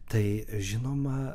tai žinoma